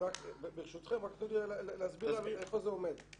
ברשותכם, רק תנו לי להסביר איפה זה עומד.